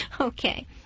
Okay